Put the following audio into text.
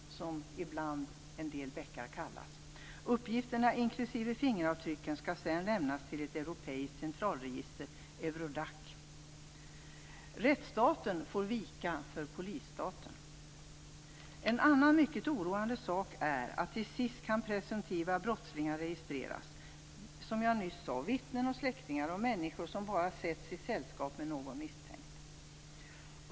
Uppgifterna inklusive fingeravtrycken skall sedan lämnas till ett europeiskt centralregister - Eurodac. Rättsstaten får vika för polisstaten. En annan mycket oroande sak är att presumtiva brottslingar kan registreras - vittnen, släktingar och människor som bara setts i sällskap med någon misstänkt.